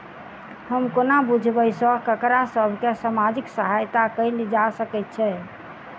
हम कोना बुझबै सँ ककरा सभ केँ सामाजिक सहायता कैल जा सकैत छै?